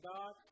God